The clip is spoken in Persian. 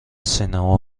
سینما